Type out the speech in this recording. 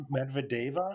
Medvedeva